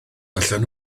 allan